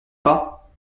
pas